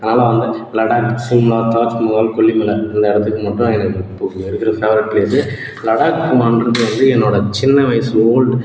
அதனால் வந்து லடாக் சிம்லா தாஜ்மஹால் கொல்லிமலை இந்த இடத்துக்கு மட்டும் தான் எனக்கு இப்போ இருக்கிற ஃபேவரைட் பிளேஸ் லடாக் போகணும்ங்கிறது சின்ன வயசு ஓல்ட்டு